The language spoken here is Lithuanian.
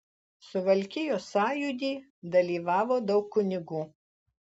suvalkijos sąjūdy dalyvavo daug kunigų